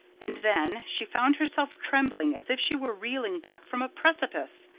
and then she found herself trembling as if she were reeling back from a precipice.